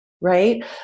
right